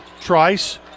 Trice